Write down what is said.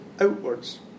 outwards